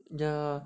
yeah